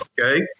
Okay